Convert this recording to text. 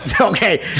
Okay